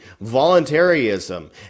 voluntarism